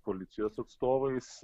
policijos atstovais